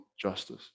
justice